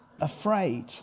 afraid